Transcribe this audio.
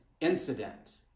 incident